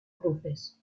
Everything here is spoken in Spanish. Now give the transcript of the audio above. cruces